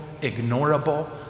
ignorable